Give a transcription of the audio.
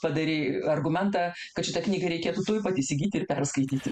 padarei argumentą kad šitą knygą reikėtų tuoj pat įsigyti ir perskaityti